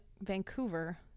Vancouver